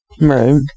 Right